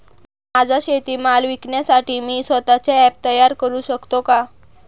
माझा शेतीमाल विकण्यासाठी मी स्वत:चे ॲप तयार करु शकतो का?